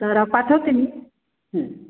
तर पाठवते मी